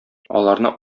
аларны